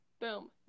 Boom